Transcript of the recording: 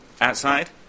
outside